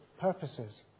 purposes